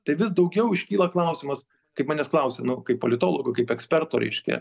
tai vis daugiau iškyla klausimas kai manęs klausia nu kaip politologo kaip eksperto reiškia